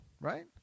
right